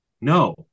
No